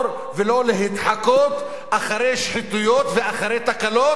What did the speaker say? ולא להתחקות אחר שחיתויות ואחר תקלות,